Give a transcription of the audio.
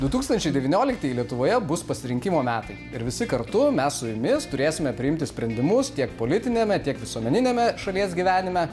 du tūkstančiai devynioliktieji lietuvoje bus pasirinkimo metai ir visi kartu mes su jumis turėsime priimti sprendimus tiek politiniame tiek visuomeniniame šalies gyvenime